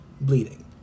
bleeding